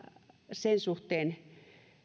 sen suhteen